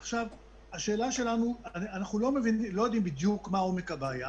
אנחנו לא יודעים בדיוק מה עומק הבעיה